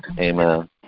amen